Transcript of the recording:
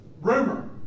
rumor